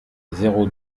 zéro